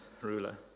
ruler